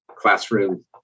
classroom